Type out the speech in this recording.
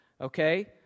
Okay